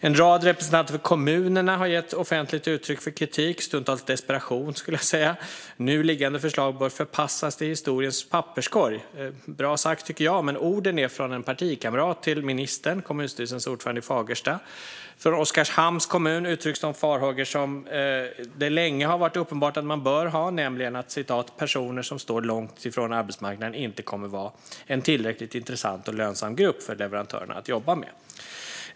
En rad representanter för kommunerna har gett offentligt uttryck för kritik, stundtals desperation. "Nu liggande fo ̈rslag bo ̈r fo ̈rpassas till historiens papperskorg." Bra sagt, tycker jag, men orden kommer från en partikamrat till ministern, kommunstyrelsens ordförande i Fagersta. Från Oskarshamns kommun uttrycks de farhågor som det länge har varit uppenbart att man bör ha: att personer som står långt från arbetsmarknaden inte kommer att vara en tillräckligt intressant och lönsam målgrupp för leverantörerna att jobba med.